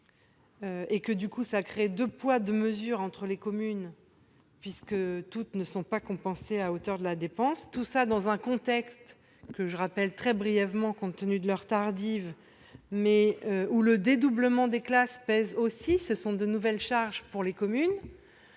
et que du coup ça crée 2 poids 2 mesures entre les communes. Puisque toutes ne sont pas compensés à hauteur de la dépense tout ça dans un contexte que je rappelle très brièvement, compte tenu de leur tardive mais où le dédoublement des classes pèse aussi ce sont de nouvelles charges pour les communes